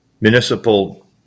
municipal